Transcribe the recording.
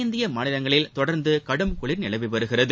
வடஇந்திய மாநிலங்களில் தொடர்ந்து கடும் குளிர் நிலவி வருகிறது